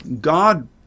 God